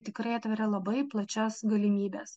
tikrai atveria labai plačias galimybes